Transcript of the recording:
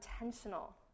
intentional